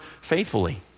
faithfully